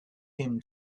him